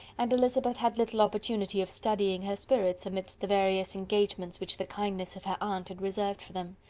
and elizabeth had little opportunity of studying her spirits, amidst the various engagements which the kindness of her aunt had reserved for them.